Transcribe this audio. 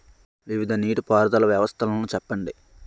వివిధ నీటి పారుదల వ్యవస్థలను చెప్పండి?